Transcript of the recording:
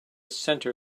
center